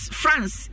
france